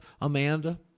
Amanda